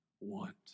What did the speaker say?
want